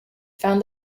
found